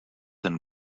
and